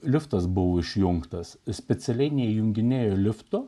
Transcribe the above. liftas buvo išjungtas specialiai nei junginėju liftu